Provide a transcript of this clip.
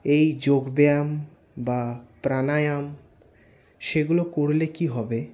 এই যোগ ব্যায়াম বা প্রাণায়াম সেগুলো করলে কী হবে